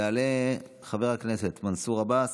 יעלה חבר הכנסת מנסור עבאס,